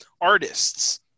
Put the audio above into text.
artists